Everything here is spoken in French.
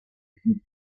mickey